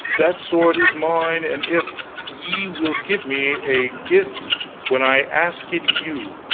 that sword is mine, and if ye will give me a gift when i ask it you,